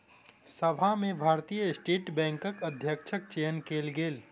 सभा में भारतीय स्टेट बैंकक अध्यक्षक चयन कयल गेल